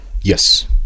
Yes